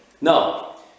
No